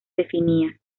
definía